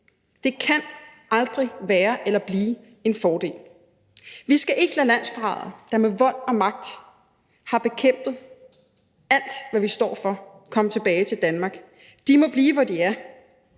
Det kan aldrig være eller blive en fordel. Vi skal ikke lade landsforrædere, der med vold og magt har bekæmpet alt, hvad vi står for, komme tilbage til Danmark. De må blive, hvor de er,